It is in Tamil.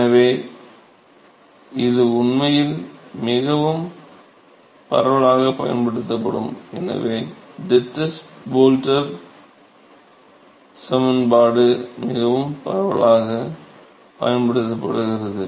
எனவே இது உண்மையில் மிகவும் பரவலாகப் பயன்படுத்தப்படும் ஒன்று டிட்டஸ் போல்டர் சமன்பாடு மிகவும் பரவலாகப் பயன்படுத்தப்படுகிறது